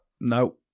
No